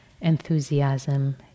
enthusiasm